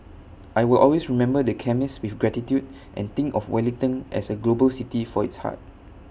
I will always remember the chemist with gratitude and think of Wellington as A global city for its heart